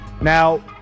Now